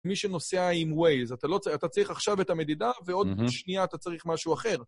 מי שנוסע עם Waze, אתה לא צריך אתה צריך עכשיו את המדידה ועוד שנייה אתה צריך משהו אחר.